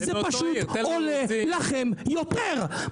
זה פשוט עולה לכם יותר.